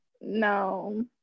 No